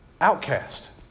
outcast